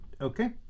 Okay